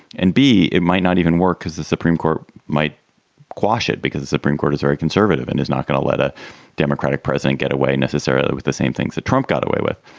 and b, it might not even work as the supreme court might quash it because the supreme court is very conservative and is not going to let a democratic president get away necessarily with the same things that trump got away with.